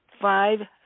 five